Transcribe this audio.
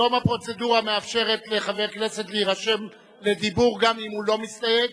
היום הפרוצדורה מאפשרת לחבר כנסת להירשם לדיבור גם אם הוא לא מסתייג,